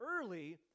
early